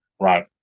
right